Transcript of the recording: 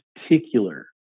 particular